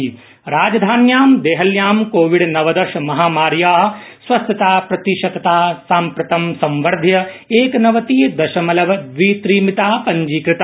राजधानी कोविड राजधान्यां देहल्यां कोविड नवदश महामार्या स्वस्थताप्रतिशतता साम्प्रतं प्रवध्य एकनवति दशमलव द्वि त्रि मिता पञ्जीकता